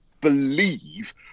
believe